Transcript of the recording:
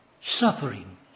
Suffering